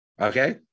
okay